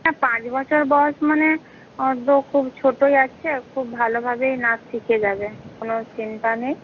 না পাঁচ বছর বয়স মানে ও তো খুব ছোটোই আছে খুব ভালোভাবেই নাচ শিখে যাবে কোনো চিন্তা নেই